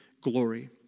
glory